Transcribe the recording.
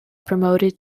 promoted